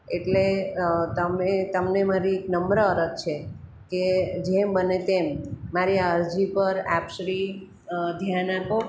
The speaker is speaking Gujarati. એટલે તમે તમને મારી નમ્ર અરજ છે કે જેમ બને તેમ મારી આ અરજી પર આપ શ્રી ધ્યાન આપો